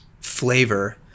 flavor